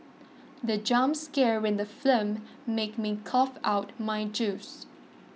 the jump scare in the film made me cough out my juice